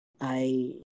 I-